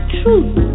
truth